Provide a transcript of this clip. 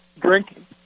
drinking